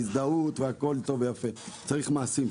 הזדהות זה טוב ויפה אבל צריך שיהיו מעשים,